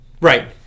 right